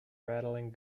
rattling